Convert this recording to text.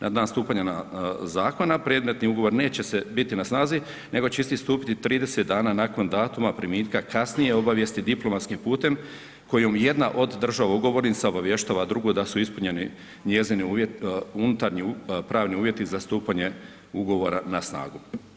Na dan stupanja zakona predmetni ugovor neće biti na snazi, nego će isti stupiti 30 dana nakon datuma primitka kasnije obijesti diplomatskim putem kojom jedna od država ugovornica obavještava drugu da su ispunjeni njezini unutarnji pravni uvjeti za stupanje ugovora na snagu.